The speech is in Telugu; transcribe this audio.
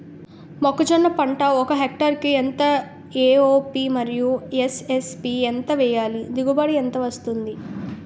మొక్కజొన్న పంట ఒక హెక్టార్ కి ఎంత ఎం.ఓ.పి మరియు ఎస్.ఎస్.పి ఎంత వేయాలి? దిగుబడి ఎంత వస్తుంది?